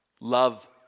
love